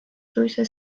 suisa